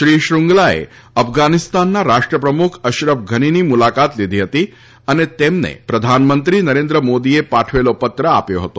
શ્રી શૃંગલાએ અફઘાનિસ્તાનના રાષ્ટ્રપ્રમુખ અશરફ ઘનીની મુલાકાત લીધી હતી અને તેમને પ્રધાનમંત્રી નરેન્દ્ર મોદીએ પાઠવેલો પત્ર આપ્યો હતો